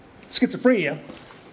schizophrenia